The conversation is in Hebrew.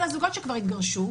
אלא זוגות שכבר התגרשו,